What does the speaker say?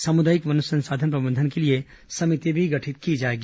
सामुदायिक वन संसाधन प्रबंधन के लिए समिति भी गठित की जाएगी